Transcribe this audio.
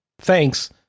thanks